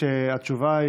שהתשובה,